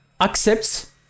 accepts